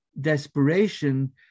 desperation